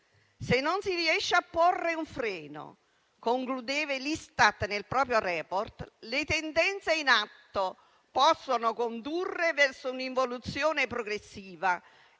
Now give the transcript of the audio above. Se non si riesce a porre un freno -concludeva l'Istat nel proprio *report -* le tendenze in atto possono condurre verso un'involuzione progressiva